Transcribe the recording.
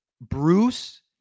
Bruce